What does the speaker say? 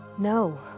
No